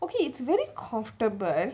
okay it's very comfortable